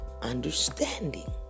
understanding